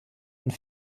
und